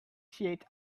shade